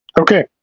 Okay